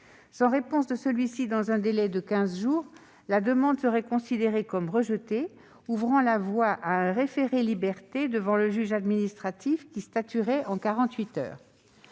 Sans réponse de celui-ci dans un délai de quinze jours, la demande sera considérée comme rejetée, ouvrant la voie à un référé-liberté devant le juge administratif qui statuera en